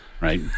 right